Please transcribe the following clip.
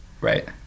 Right